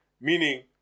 meaning